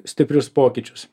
stiprius pokyčius